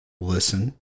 listen